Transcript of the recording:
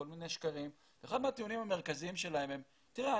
כל מיני שקרים ואחד הטיעונים המרכזיים שלהם הוא: תראה,